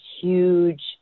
huge